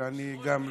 שאני לא